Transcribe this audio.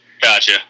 Gotcha